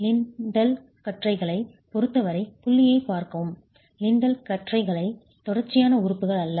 lintel கற்றைகளைப் பொருத்தவரை புள்ளியைப் பார்க்கவும் லிண்டல் கற்றைகள் தொடர்ச்சியான உறுப்புகள் அல்ல